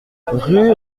rue